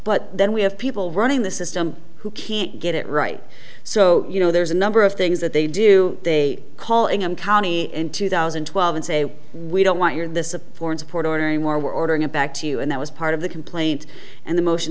but then we have people running the system who can't get it right so you know there's a number of things that they do they call him county in two thousand and twelve and say we don't want your this a foreign support order any more we're ordering it back to you and that was part of the complaint and the motion